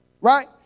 Right